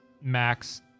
max